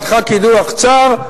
קדחה קידוח צר,